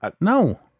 No